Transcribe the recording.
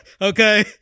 Okay